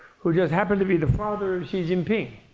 who just happened to be the father xi jinping.